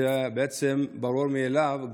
זה בעצם ברור מאליו.